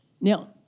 Now